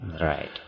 right